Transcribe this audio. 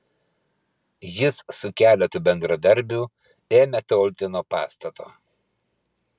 jis su keletu bendradarbių ėmė tolti nuo pastato